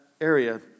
area